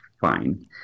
fine